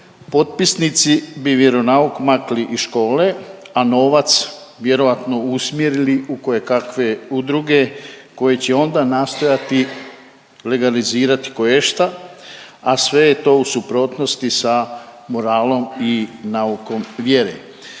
potpisnici bi vjeronauk makli iz škole, na novac vjerojatno usmjerili u kojekakve udruge koje će onda nastojati legalizirati koješta, a sve je to u suprotnosti sa moralom i naukom vjere.